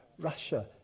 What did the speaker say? russia